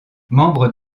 membre